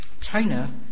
China